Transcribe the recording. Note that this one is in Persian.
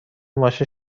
ماشین